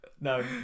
No